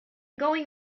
going